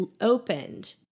opened